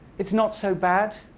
it's not so bad.